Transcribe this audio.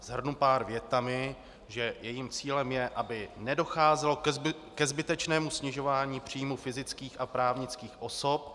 Shrnu pár větami, že jejím cílem je, aby nedocházelo ke zbytečnému snižování příjmu fyzických a právnických osob.